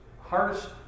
hardest